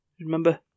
Remember